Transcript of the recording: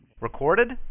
Recorded